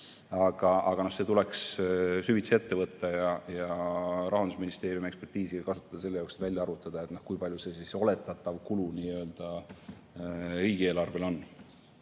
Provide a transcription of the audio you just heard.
Aga see tuleks süvitsi ette võtta ja Rahandusministeeriumi ekspertiisi kasutada selle jaoks, et välja arvutada, kui palju see oletatav kulu riigieelarvele on.